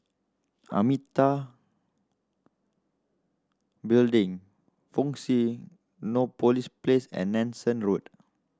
Amitabha Building Fusionopolis Place and Nanson Road